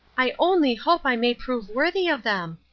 i only hope i may prove worthy of them!